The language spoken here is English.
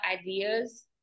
ideas